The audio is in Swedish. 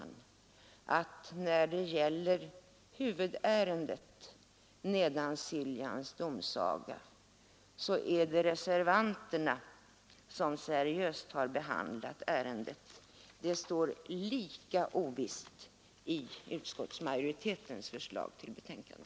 När det gäller huvudärendet, Nedansiljans domsaga, vill jag tillfoga att det är reservanterna, som behandlat ärendet seriöst. Läget är lika ovisst som tidigare efter utskottsmajoritetens betänkande.